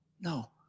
No